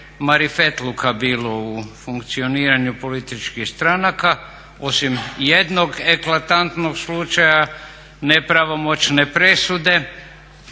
marifetluka bilo u funkcioniranju političkih stranaka osim jednog eklatantnog slučaja nepravomoćne presude